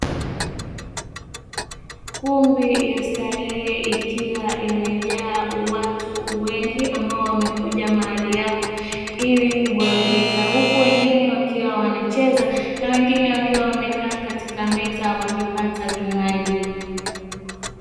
Kumbi ya starehe ikiwa imejaa watu wengi ambao wamekuja mahali hapo ili kuburudika, huku wengine wakiwa wanacheza na wengine wakiwa wamekaa katika meza wakipata vinywaji.